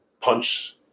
punch